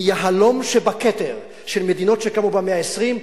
מיהלום שבכתר של מדינות שקמו במאה ה-20,